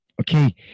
Okay